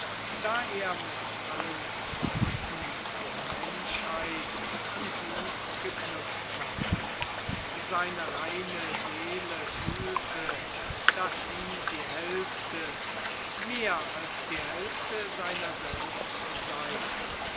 da er mit allen banden der menschheit an sie geknüpft war seine reine seele fühlte daß sie die hälfte mehr als die hälfte seiner selbst sei